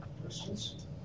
questions